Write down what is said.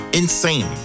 insane